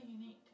unique